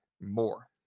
more